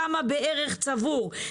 כמה בערך צבור,